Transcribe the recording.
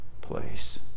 place